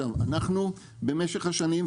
אנחנו במשך השנים,